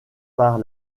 par